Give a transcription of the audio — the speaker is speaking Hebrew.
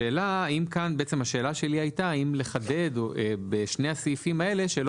השאלה שלי הייתה האם לחדד בשני הסעיפים האלה שלא